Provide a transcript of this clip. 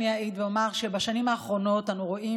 אני אעיד ואומר שבשנים האחרונות אנו רואים